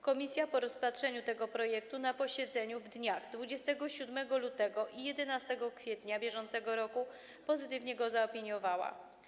Komisja po rozpatrzeniu tego projektu na posiedzeniach w dniach 27 lutego i 11 kwietnia br. pozytywnie go zaopiniowała.